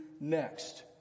next